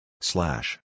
Slash